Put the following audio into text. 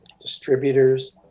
distributors